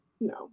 No